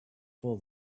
for